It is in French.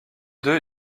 deux